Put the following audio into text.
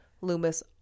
Loomis